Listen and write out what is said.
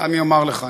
אני אומַר לך,